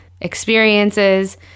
experiences